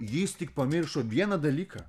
jis tik pamiršo vieną dalyką